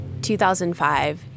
2005